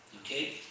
Okay